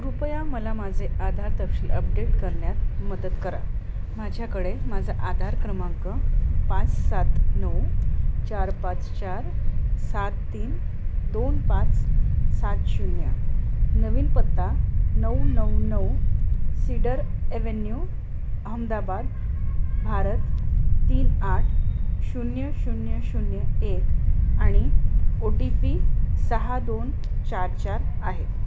कृपया मला माझे आधार तपशील अपडेट करण्यात मदत करा माझ्याकडे माझा आधार क्रमांक पाच सात नऊ चार पाच चार सात तीन दोन पाच सात शून्य नवीन पत्ता नऊ नऊ नऊ सीडर ॲव्हेन्यू अहमदाबाद भारत तीन आठ शून्य शून्य शून्य एक आणि ओ टी पी सहा दोन चार चार आहे